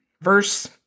Verse